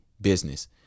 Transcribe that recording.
business